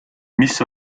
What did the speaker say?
mis